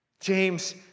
James